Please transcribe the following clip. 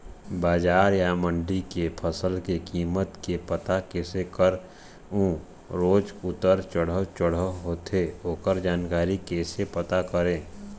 बजार या मंडी के फसल के कीमत के पता कैसे करें अऊ रोज उतर चढ़व चढ़व होथे ओकर जानकारी कैसे पता करें?